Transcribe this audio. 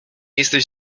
jesteś